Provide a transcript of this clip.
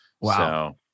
Wow